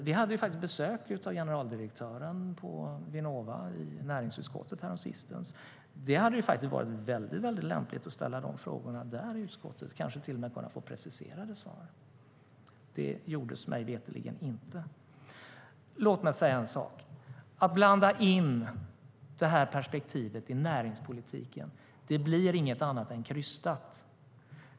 Vi hade besök av generaldirektören på Vinnova i näringsutskottet häromsistens. Det hade varit väldigt lämpligt att ställa de frågorna i utskottet och kanske till och med kunna få preciserade svar. Det gjordes mig veterligen inte. Låt mig säga en sak. Att blanda in det perspektivet i näringspolitiken blir inte annat än krystat.